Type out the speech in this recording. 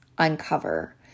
uncover